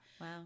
Wow